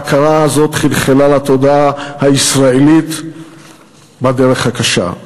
ההכרה הזאת חלחלה לתודעה הישראלית בדרך הקשה.